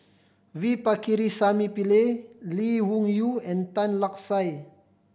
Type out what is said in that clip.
V Pakirisamy Pillai Lee Wung Yew and Tan Lark Sye